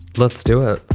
let's do a